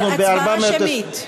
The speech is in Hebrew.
אנחנו, הצבעה שמית.